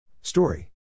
Story